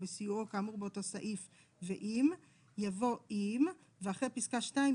בסיועו כאמור באותו סעיף ואם" יבוא "אם" [ ואחרי פסקה (2)